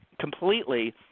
completely